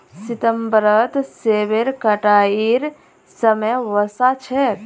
सितंबरत सेबेर कटाईर समय वसा छेक